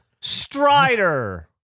Strider